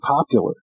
popular